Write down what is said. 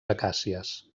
acàcies